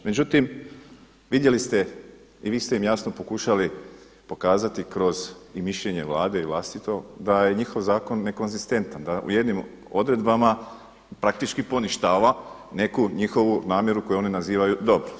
Međutim, vidjeli ste i vi ste im jasno pokušali pokazati kroz i mišljenje Vlade i vlastito da je njihov zakon nekonzistentan, da u jednim odredbama praktički poništava neku njihovu namjeru koju oni nazivaju dobrom.